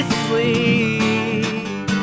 sleep